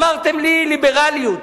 אמרתם לי ליברליות,